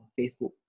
Facebook